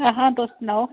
आहो तुस सनाओ